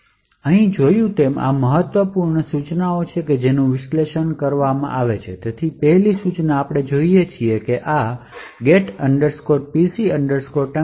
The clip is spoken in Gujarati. આપણે અહીં જોયું તેમ આ મહત્વપૂર્ણ સૂચનાઓ છે જેનું વિશ્લેષણ કરવા માટે છે તેથી પહેલી સૂચના આપણે જોઈએ છીએ કે આ get pc thunk